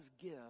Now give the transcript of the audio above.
give